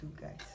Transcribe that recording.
guys